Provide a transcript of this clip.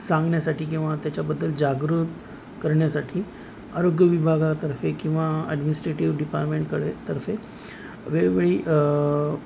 सांगण्यासाठी किंवा त्याच्याबद्दल जागृूत करण्यासाठी आरोग्य विभागातातर्फे किंवा ॲडमिनिस्ट्रेटिव्ह डिपार्टमेंटकडे तर्फे वेळोवेळी